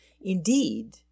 Indeed